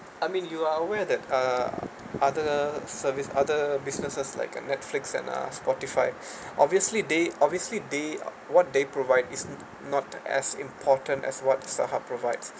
I mean you are aware that uh other service other businesses like uh Netflix and uh Spotify obviously they obviously they what they provide is not as important as what StarHub provides